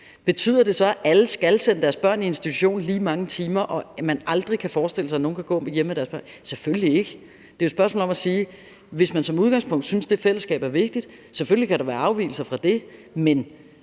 Betyder det så, at alle skal sende deres børn i en institution i lige mange timer, og at man aldrig kan forestille sig, at der er nogle, der kan gå hjemme med deres børn? Nej, selvfølgelig ikke. Det er jo et spørgsmål om at sige, at man som udgangspunkt synes, at det fællesskab er vigtigt, selv om der selvfølgelig kan være afvigelser. Og her mener